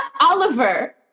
Oliver